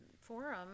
forum